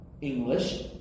English